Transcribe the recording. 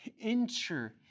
Enter